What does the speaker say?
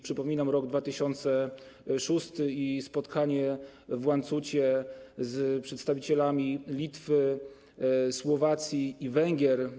Przypominam rok 2006 i spotkanie w Łańcucie z przedstawicielami Litwy, Słowacji i Węgier.